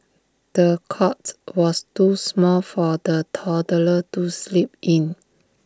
the cot was too small for the toddler to sleep in